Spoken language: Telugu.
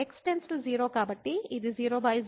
x→0 కాబట్టి ఇది 00 కేసు